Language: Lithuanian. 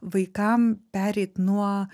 vaikam pereit nuo